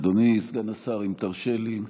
אדוני סגן השר, אם תרשה לי,